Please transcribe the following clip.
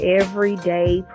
everyday